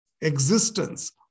existence